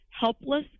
helpless